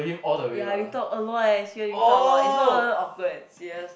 ya we talk a lot eh seriously we talk a lot it's not even awkward serious